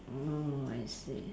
oh I see